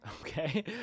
Okay